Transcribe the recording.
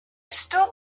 still